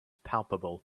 palpable